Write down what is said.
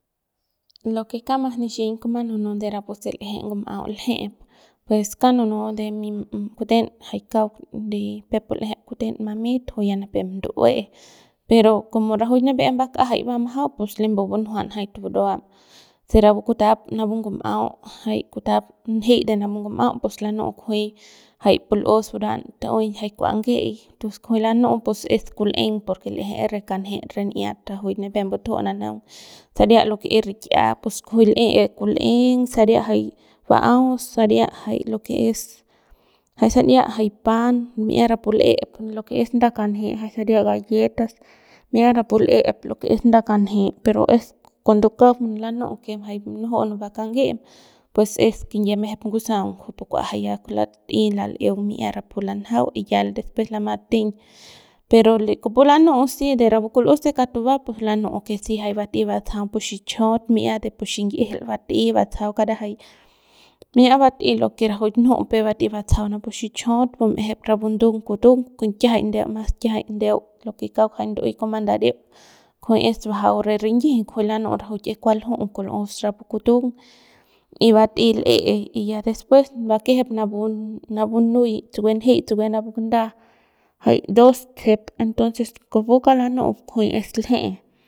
Lo que kauk mas nixiñ kuma nunu de rapu se l'ej ngum'au l'eje pues kauk nunu kuten de mi jay kauk de peuk pu l'eje kuten mamit juy ya pep ndu'ue pero como rajuik nipep em mbak'ajay va majau pus lembu bunjuan jay buruan pus lanu'u kunji se rapu kutap napu ngum'au jay kutap n'jei de napu ngum'au pus lanu' kujui jay pu l'us buruan tu'uey jay kua nge'ey tos kujuy lanu'u pus es kul'eng porque l'eje que es re kanjet re n'iat rajuik nipep mbutju nanjaung saria lo que es rik'ia pus kujuy l'e kul'eng saria jay ba'aus saria jay lo que es lo que saria jay pan es rapu pu l'e de lo que es nda kanje jay lo que es sania galletas mi'ia rapu l'ep lo que es nda kanje pero es cuando kauk lanu'u que jay munujum munubam kange'em pues es kinyie mejep ngusaung kujupu ya kua lat'ey lal'eung mi'ia rapu lanjau y ya después lamateiñ pero kipu lanu'u si rapu kul'us se kauk tuba pus lanu'u que si jay ba'ey batsajau de pu xichajaut mi'ia de pu xinyijil bat'ey batsajau kara jay mi'ia bat'ey lo que rajuik nju'u peuk bat'ey batsajau napu xichajaut bum'ejep rapu ndung kutung que kiajay ndeu mas kiajay ndeu de lo que kauk jay nu'uey kuma ndariuk kujuy es bajau re rinyiji kujui lanu'u rajuik es kuas lju'u kul'us rapu kutung y bat'ey l'e y ya después bakejep napu napu nuy tsukuet njey tsukuet napu nda jay dos tsejep entonces kujuy kauk lanu'u es lje'e.